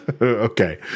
Okay